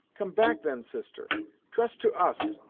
come back then, sister trust to us,